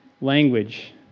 language